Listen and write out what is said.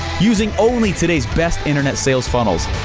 using only today's best internet sales funnels.